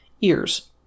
ears